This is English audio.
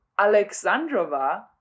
Alexandrova